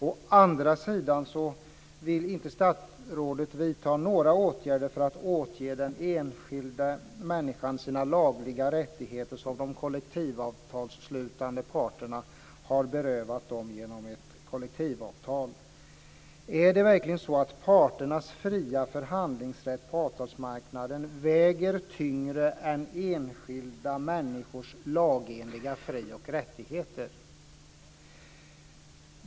Å andra sidan vill statsrådet inte vidta några åtgärder för att återge enskilda människor de lagliga rättigheter som de kollektivavtalsslutande parterna har berövat dem genom kollektivavtal. Är det verkligen så att parternas fria förhandlingsrätt på arbetsmarknaden väger tyngre än enskilda människors lagenliga fri och rättigheter?